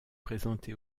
présenté